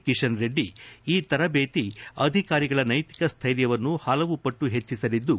ಕಿಶನ್ ರೆಡ್ಡಿ ಈ ತರಬೇತಿ ಅಧಿಕಾರಿಗಳ ನೈತಿಕ ಸ್ಟೈರ್ಯವನ್ನು ಪಲವು ಪಟ್ಟು ಹೆಚ್ಚಿಸಲಿದ್ದು